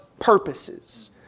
purposes